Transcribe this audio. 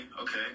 okay